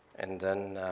and then